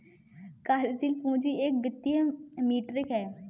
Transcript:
कार्यशील पूंजी एक वित्तीय मीट्रिक है